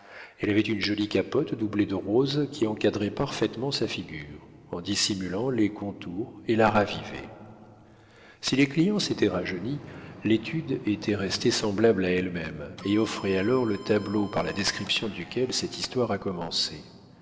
elle avait une jolie capote doublée de rose qui encadrait parfaitement sa figure en dissimulait les contours et la ravivait si les clients s'étaient rajeunis l'étude était restée semblable à elle-même et offrait alors le tableau par la description duquel cette histoire a commencé